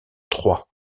trois